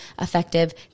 effective